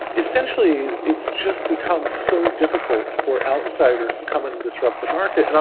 essentially it's just become so difficult for outsiders to come and disrupt the market. and um